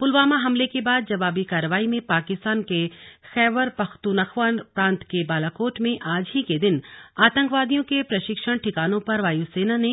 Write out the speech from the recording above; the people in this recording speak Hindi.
पुलवामा हमले के बाद जवाबी कार्रवाई में पाकिस्तान के खैबर पख्तूनख्वा प्रांत के बालाकोट में आज ही के दिन आतंकवादियों के प्रशिक्षण ठिकानों पर वायुसेना ने